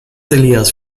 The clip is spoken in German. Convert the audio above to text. elias